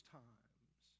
times